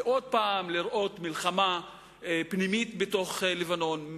זה עוד פעם לראות מלחמה פנימית בתוך לבנון,